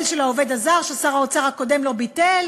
של העובד הזר ששר האוצר הקודם לא ביטל?